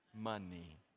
money